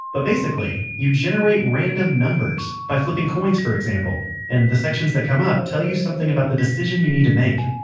but basically you generate random numbers by flipping coins, for example and the sections that come up tell you something about a decision you need to make.